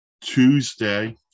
Tuesday